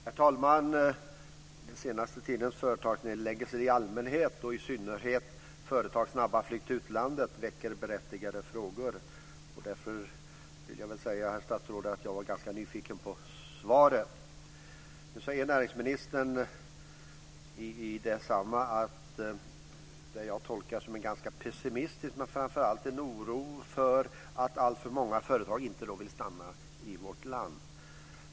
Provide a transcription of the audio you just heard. Herr talman! Den senaste tidens företagsnedläggelser i allmänhet, och i synnerhet företagens snabba flykt till utlandet, väcker berättigade frågor. Därför var jag nyfiken på statsrådets svar. Näringsministern sade i sitt svar något som jag tolkar som pessimistiskt men framför allt som en oro för att alltför många företag inte vill stanna i vårt land.